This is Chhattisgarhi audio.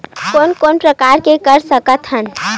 कोन कोन प्रकार के कर सकथ हन?